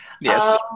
Yes